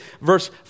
verse